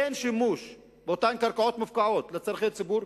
אין שימוש באותן קרקעות מופקעות לצורכי ציבור,